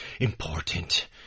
important